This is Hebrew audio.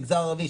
במגזר הערבי,